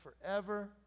forever